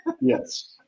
Yes